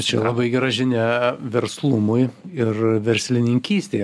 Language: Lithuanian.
čia labai gera žinia verslumui ir verslininkystei